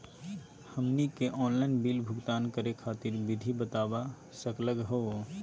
हमनी के online bill भुगतान करे खातीर विधि बता सकलघ हो?